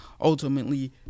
ultimately